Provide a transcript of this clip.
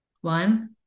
One